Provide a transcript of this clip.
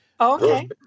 Okay